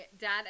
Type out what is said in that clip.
dad